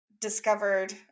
discovered